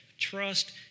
Trust